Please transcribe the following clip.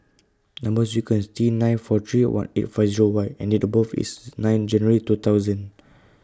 Number sequence IS T nine four three one eight five Zero Y and Date birth IS nine January two thousand